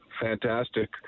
Fantastic